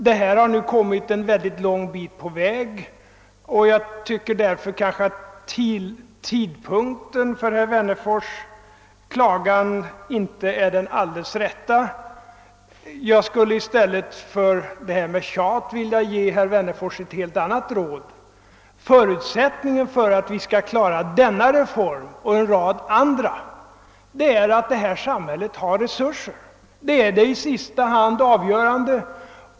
Vi har nu kommit en lång bit på vägen, och därför är kanske tidpunkten för herr Wennerfors klagan inte den alldeles rätta. I stället för att tillgripa tjatmetoden skulle jag vilja ge herr Wennerfors ett helt annat råd. Förutsättningen för att vi skall klara denna reform och en rad andra reformer är att vårt samhälle har resurser. Detta blir det i sista hand avgörande.